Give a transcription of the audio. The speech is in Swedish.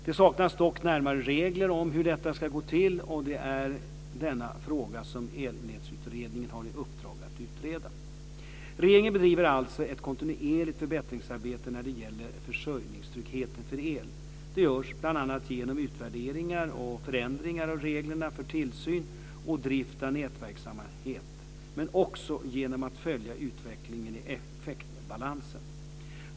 Det saknas dock närmare regler för hur detta ska gå till, och det är denna fråga som Elnätsutredningen har i uppdrag att utreda. Regeringen bedriver alltså ett kontinuerligt förbättringsarbete när det gäller försörjningstryggheten för el. Det görs bl.a. genom utvärderingar och förändringar av reglerna för tillsyn och drift av nätverksamhet, men också genom att följa utvecklingen i effektbalansen.